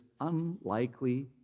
unlikely